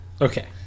okay